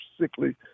sickly